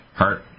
heart